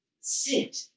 sit